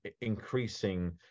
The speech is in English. increasing